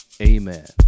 amen